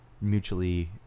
mutually